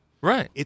Right